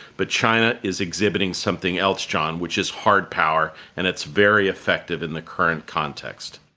but china is exhibiting something else, john, which is hard power, and it's very effective in the current context.